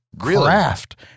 craft